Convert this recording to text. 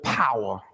power